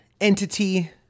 entity